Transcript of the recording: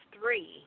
three